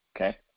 Okay